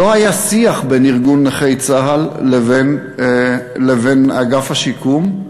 לא היה שיח בין ארגון נכי צה"ל לבין אגף השיקום,